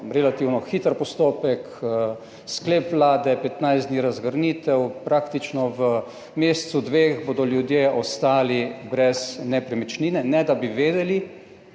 relativno hiter postopek, sklep Vlade 15 dni, razgrnitev, praktično v mesecu, dveh bodo ljudje ostali brez nepremičnine, ne da bi vedeli,